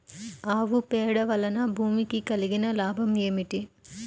ఆవు పేడ వలన భూమికి కలిగిన లాభం ఏమిటి?